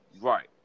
right